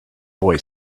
boy